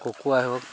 কুকুৰাই হওক